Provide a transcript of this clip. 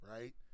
right